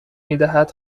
میدهد